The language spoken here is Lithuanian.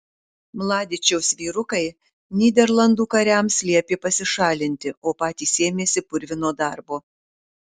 mladičiaus vyrukai nyderlandų kariams liepė pasišalinti o patys ėmėsi purvino darbo